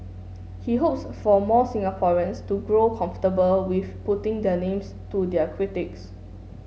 he hopes for more Singaporeans to grow comfortable with putting their names to their critiques